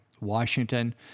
Washington